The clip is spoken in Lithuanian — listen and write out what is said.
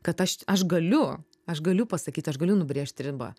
kad aš aš galiu aš galiu pasakyt aš galiu nubrėžt ribą